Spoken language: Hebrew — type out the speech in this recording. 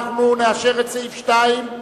אנחנו נאשר את סעיף 2,